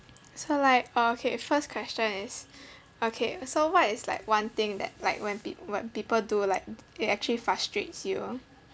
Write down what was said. so like uh okay first question is okay so what is like one thing that like when pe~ when people do like it actually frustrates you